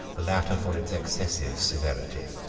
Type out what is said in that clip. the latter for its excessive severity.